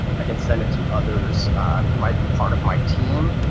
i can send it to others who might be part of my team